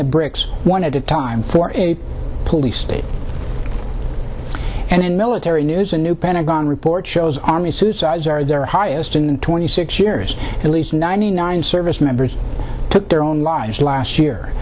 the bricks one at a time for police state and military news a new pentagon report shows army suicides are their highest in twenty six years at least ninety nine service members took their own lives last year